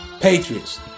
Patriots